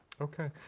Okay